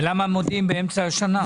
ולמה מודיעים באמצע השנה.